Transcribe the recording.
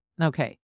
Okay